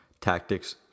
tactics